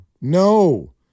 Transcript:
No